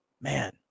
man